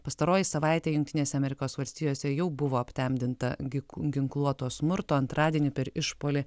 pastaroji savaitė jungtinėse amerikos valstijose jau buvo aptemdinta gi ginkluoto smurto antradienį per išpuolį